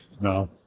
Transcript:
no